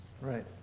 Right